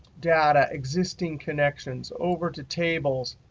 data, existing connections, over to tables.